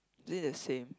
this is the same